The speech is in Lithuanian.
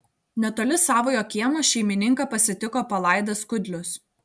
netoli savojo kiemo šeimininką pasitiko palaidas kudlius